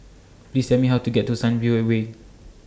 Please Tell Me How to get to Sunview Way